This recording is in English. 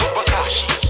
Versace